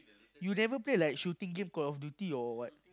you never play like shooting game Call of Duty or what